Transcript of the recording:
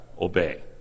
Obey